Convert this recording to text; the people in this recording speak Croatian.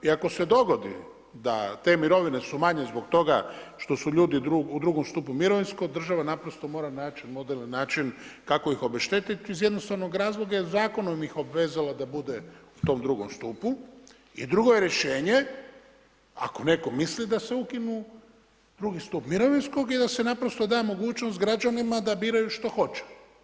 I ako se dogodi da te mirovine su manje zbog toga što su ljudi u drugom stupu mirovinskog, država naprosto mora model naći kako ih obeštetiti iz jednostavnog razloga jer zakonom ih je obvezalo da bude u tom drugom stupu i drugo je rješenje ako netko misli da se ukine drugi stup mirovinskog i da se naprosto da mogućnost građanima da biraju što hoće.